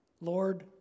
Lord